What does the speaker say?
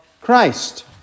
Christ